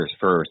first